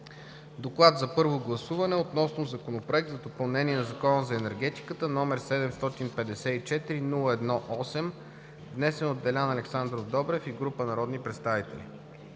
„ДОКЛАД за първо гласуване относно Законопроект за допълнение на Закона за енергетиката, № 754-01-8, внесен от Делян Александров Добрев и група народни представители